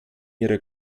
ihrer